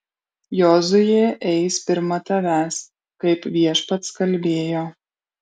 jozuė eis pirma tavęs kaip viešpats kalbėjo